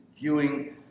viewing